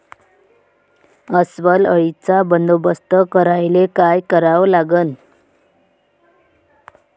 अस्वल अळीचा बंदोबस्त करायले काय करावे लागन?